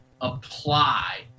apply